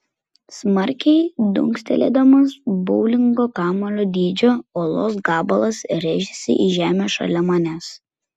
smarkiai dunkstelėdamas boulingo kamuolio dydžio uolos gabalas rėžėsi į žemę šalia manęs